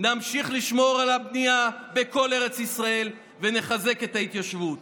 נמשיך לשמור על הבנייה בכל ארץ ישראל ונחזק את ההתיישבות.